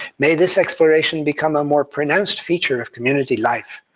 may this exploration become a more pronounced feature of community life,